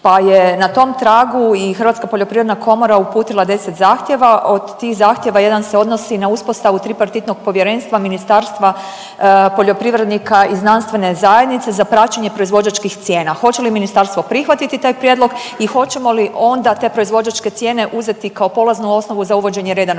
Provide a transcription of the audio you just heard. pa je na tom tragu i Hrvatska poljoprivredna komora uputila 10 zahtjeva, od tih zahtjeva jedan se odnosi na uspostavu tripartitnog povjerenstva ministarstva poljoprivrednika i znanstvene zajednice za praćenje proizvođačkih cijena. Hoće li ministarstvo prihvatiti taj prijedlog i hoćemo li onda te proizvođačke cijene uzeti kao polaznu osnovu za uvođenje reda na